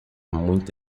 muita